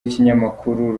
y’ikinyamakuru